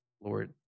Lord